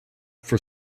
for